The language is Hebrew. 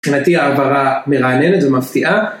מבחינתי העברה מרעננת ומפתיעה.